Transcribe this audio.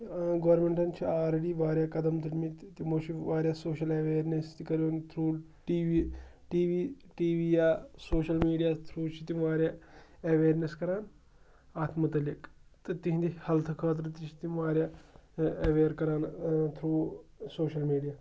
گورمینٹَن چھِ آلڈی واریاہ قدم تُرمٕتۍ تِمو چھِ واریاہ سوشَل اٮ۪ویرنیٚس تہِ کَرَان through T V T V T V یا سوشَل میٖڈیا تھرٛوٗ چھِ تِم واریاہ اٮ۪ویرنٮ۪س کَران اَتھ مُتعلِق تہٕ تِہنٛدِ ہٮ۪لتھٕ خٲطرٕ تہِ چھِ تِم واریاہ اٮ۪ویر کَران تھرٛوٗ سوشَل میٖڈیا